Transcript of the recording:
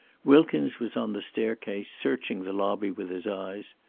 wilkins was on the staircase, searching the lobby with his eyes.